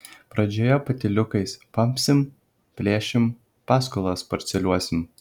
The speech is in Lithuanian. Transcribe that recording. pradžioje patyliukais pampsim plėšim paskolas parceliuosim